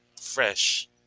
fresh